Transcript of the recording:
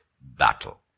battle